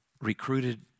recruited